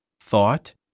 thought